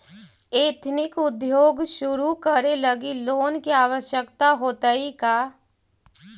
Ethnic उद्योग शुरू करे लगी लोन के आवश्यकता होतइ का?